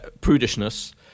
prudishness